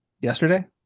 yesterday